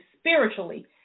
spiritually